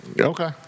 Okay